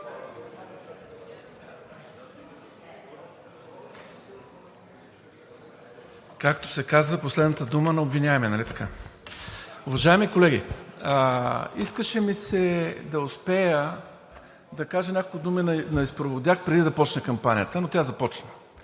Както се казва, последната дума на обвиняемия, нали така? Уважаеми колеги, искаше ми се да успея да кажа няколко думи на изпроводяк, преди да започне кампанията, но тя започна.